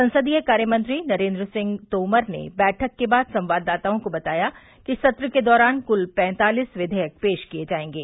संसदीय कार्यमंत्री नरेंद्र सिंह तोमर ने बैठक के बाद संवाददाताओं को बताया कि सत्र के दौरान कुल पैंतलिस विधेयक पेश किए जाएंगे